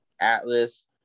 Atlas